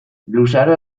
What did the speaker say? luzaro